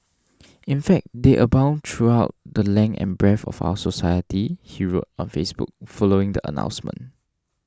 in fact they abound throughout the length and breadth of our society he wrote on Facebook following the announcement